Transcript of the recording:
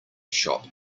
shop